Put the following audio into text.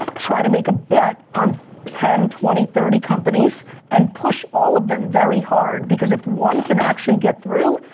try to make a bet on ten, twenty, thirty companies and push all of them very hard because if one can actually get through,